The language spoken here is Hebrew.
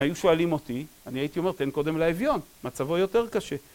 היו שואלים אותי, אני הייתי אומר, תן קודם לאביון, מצבו יותר קשה.